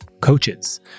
coaches